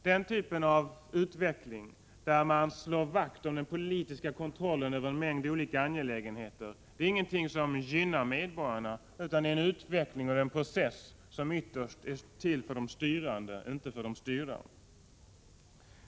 Denna typ av utveckling, där man slår vakt om den politiska kontrollen över en mängd olika angelägenheter, är ingenting som gynnar medborgarna, utan det är en utveckling och en process som ytterst är till för de styrande och inte för de styrda.